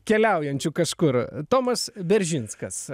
keliaujančiu kažkur tomas beržinskas